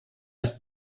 als